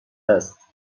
است